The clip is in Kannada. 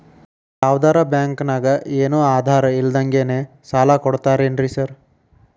ಯಾವದರಾ ಬ್ಯಾಂಕ್ ನಾಗ ಏನು ಆಧಾರ್ ಇಲ್ದಂಗನೆ ಸಾಲ ಕೊಡ್ತಾರೆನ್ರಿ ಸಾರ್?